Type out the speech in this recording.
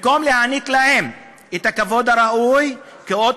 במקום שיוענק להם הכבוד הראוי כאות